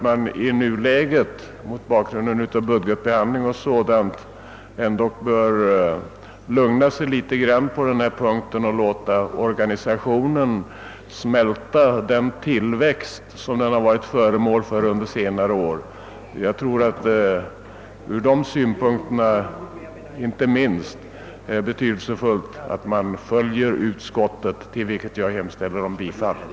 I nuläget och mot bakgrund av budgetbehandlingen tror jag dock att man bör lugna sig en aning och låta organisationen smälta denna tillväxt. Inte minst från dessa synpunkter är det betydelsefullt att följa utskottets förslag, till vilket jag yrkar bifall.